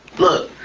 look,